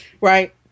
right